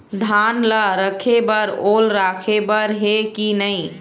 धान ला रखे बर ओल राखे बर हे कि नई?